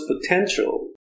potential